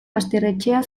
basterretxea